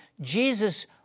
Jesus